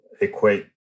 equate